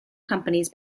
companies